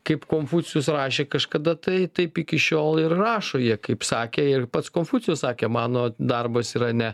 kaip konfucijus rašė kažkada tai taip iki šiol ir rašo jie kaip sakė ir pats konfucijus sakė mano darbas yra ne